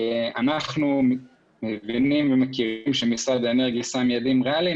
אנחנו מבינים ומכירים שמשרד האנרגיה שם יעדים ריאליים.